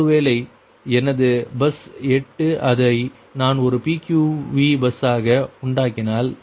ஒருவேளை எனது பஸ் 8 அதை நான் ஒரு PQV பஸ்ஸாக உண்டாக்கினால்